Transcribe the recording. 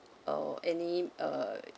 or any uh